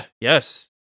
yes